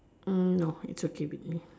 mm no it's okay with me